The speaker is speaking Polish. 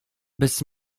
bez